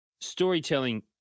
storytelling